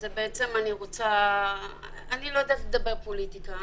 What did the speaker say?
אני לא יודעת לדבר פוליטיקה,